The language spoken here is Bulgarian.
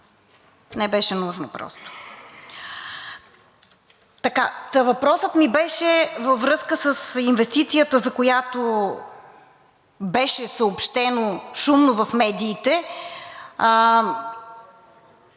Не беше нужно просто. Въпросът ми беше във връзка с инвестицията, за която беше съобщено шумно в медиите,